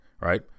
right